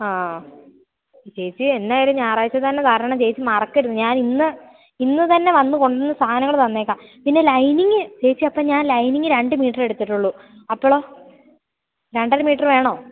ആ ചേച്ചി എന്നായാലും ഞായറാഴ്ച തന്നെ തരണം ചേച്ചി മറക്കരുത് ഞാൻ ഇന്ന് ഇന്ന് തന്നെ വന്നു കൊണ്ടുവന്ന സാധനങ്ങൾ തന്നേക്കാം പിന്നെ ലൈനിംഗ് ചേച്ചി അപ്പം ഞാൻ ലൈനിങ് രണ്ട് മീറ്റർ എടുത്തിട്ടുള്ളൂ അപ്പോളോ രണ്ടര മീറ്റർ വേണോ